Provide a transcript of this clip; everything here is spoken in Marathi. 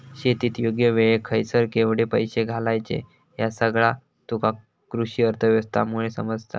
शेतीत योग्य वेळेक खयसर केवढे पैशे घालायचे ह्या सगळा तुका कृषीअर्थशास्त्रामुळे समजता